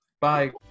Bye